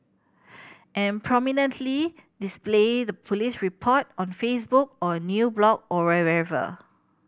and prominently display the police report on Facebook or new blog or wherever